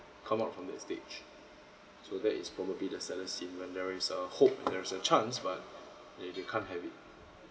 come out from that stage so that is probably the saddest scene when there is a hope there is a chance but they they can't have it